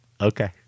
Okay